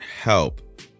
help